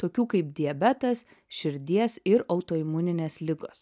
tokių kaip diabetas širdies ir autoimuninės ligos